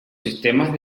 sistemas